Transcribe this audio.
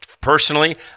Personally